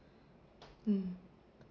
mm